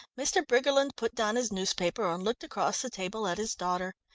mr. briggerland put down his newspaper and looked across the table at his daughter.